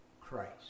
Christ